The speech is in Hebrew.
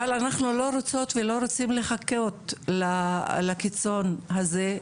אבל אנחנו לא רוצות ולא רוצים לחכות לקיצון הזה,